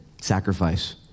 sacrifice